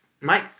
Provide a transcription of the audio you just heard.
Mike